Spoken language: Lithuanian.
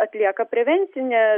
atlieka prevencinę